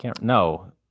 No